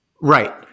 Right